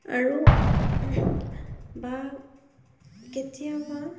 আৰু বা কেতিয়াবা